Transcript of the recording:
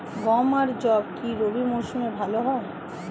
গম আর যব কি রবি মরশুমে ভালো হয়?